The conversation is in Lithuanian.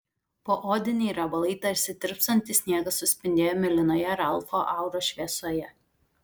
poodiniai riebalai tarsi tirpstantis sniegas suspindėjo mėlynoje ralfo auros šviesoje